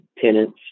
tenants